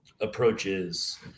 approaches